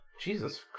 Jesus